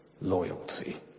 loyalty